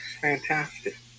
fantastic